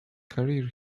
career